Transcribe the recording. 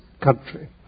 country